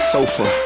Sofa